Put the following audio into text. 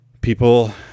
people